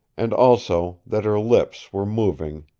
and also that her lips were moving,